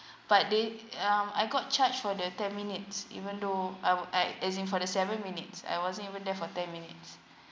but they um I got charged for the ten minutes even though I I as in for the seven minutes I wasn't even there for ten minutes